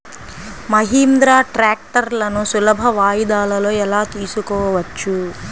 మహీంద్రా ట్రాక్టర్లను సులభ వాయిదాలలో ఎలా తీసుకోవచ్చు?